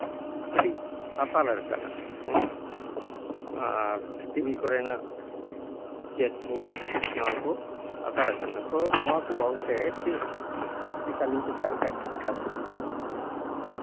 ᱠᱟᱹᱴᱤᱡ ᱟᱛᱟᱨ ᱟᱠᱟᱱᱟ ᱦᱮᱸ ᱟᱨ ᱴᱤᱵᱷᱤ ᱠᱚᱨᱮᱱᱟᱜ ᱡᱮᱠ ᱠᱚ ᱱᱚᱣᱟ ᱠᱚ ᱟᱛᱟᱨ ᱟᱠᱟᱱᱟ ᱛᱚ ᱱᱚᱣᱟ ᱠᱚ ᱵᱟᱵᱚᱫ ᱨᱮ ᱪᱮᱫ ᱞᱮᱠᱟᱞᱤᱧ ᱪᱤᱠᱟᱹ ᱞᱮᱠᱷᱟᱡ ᱴᱷᱤᱠ ᱴᱷᱟᱠ ᱦᱩᱭᱩᱜᱼᱟ